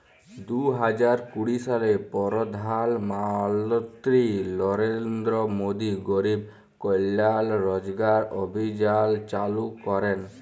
দু হাজার কুড়ি সালে পরধাল মলত্রি লরেলদ্র মোদি গরিব কল্যাল রজগার অভিযাল চালু ক্যরেল